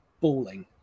balling